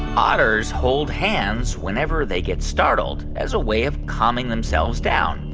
otters hold hands whenever they get startled as a way of calming themselves down?